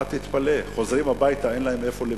אבל תתפלא, הם חוזרים הביתה ואין להם איפה לבנות.